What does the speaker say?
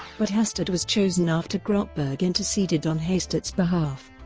but hastert was chosen after grotberg interceded on hastert's behalf.